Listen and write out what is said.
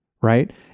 right